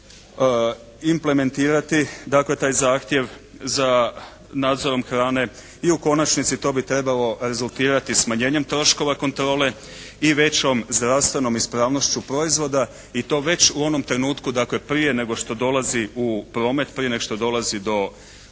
implementirati dakle taj zahtjev za nadzorom hrane. I u konačnici to bi trebalo rezultirati smanjenjem troškova kontrole i većom zdravstvenom ispravnošću proizvoda i to već u onom trenutku dakle prije nego što dolazi u promet. Prije nego što dolazi do